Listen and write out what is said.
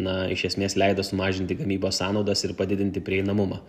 na iš esmės leido sumažinti gamybos sąnaudas ir padidinti prieinamumą